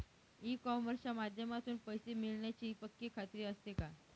E कॉमर्सच्या माध्यमातून पैसे मिळण्याची पक्की खात्री असते का?